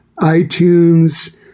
iTunes